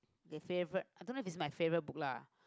the favourite I don't know if it's my favourite book lah